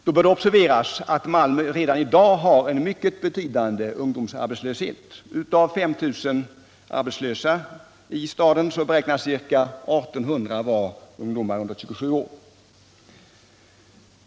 Då bör det observeras att Malmö redan i dag har en mycket betydande ungdomsarbetslöshet. Av 5 000 arbetslösa i staden beräknas ca 1 800 vara ungdomar under 27 år.